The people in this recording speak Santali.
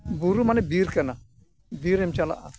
ᱵᱩᱨᱩ ᱢᱟᱱᱮ ᱵᱤᱨ ᱠᱟᱱᱟ ᱵᱤᱨᱮᱢ ᱪᱟᱞᱟᱜᱼᱟ